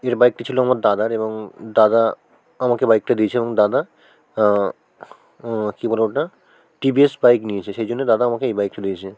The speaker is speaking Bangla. এর বাইকটি ছিলো আমার দাদার এবং দাদা আমাকে বাইকটা দিয়েছে এবং দাদা কি বলে ওটা টি ভি এস বাইক নিয়েছে সেইজন্য দাদা আমাকে এই বাইকটা দিয়েছে